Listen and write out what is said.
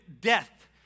death